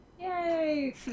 Yay